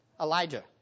Elijah